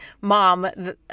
mom